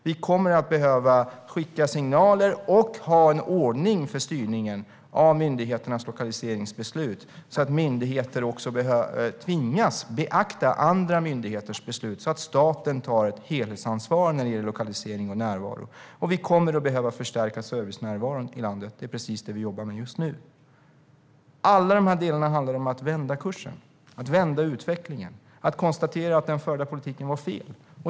Vi kommer att behöva skicka signaler och ha en ordning för styrningen av myndigheternas lokaliseringsbeslut så att myndigheter tvingas beakta andra myndigheters beslut och staten därmed tar ett helhetsansvar när det gäller lokalisering och närvaro. Vi kommer också att behöva förstärka servicenärvaron i landet. Det är precis det vi jobbar med just nu. Alla de här delarna handlar om att vända kursen, att vända utvecklingen, att konstatera att den förda politiken var fel.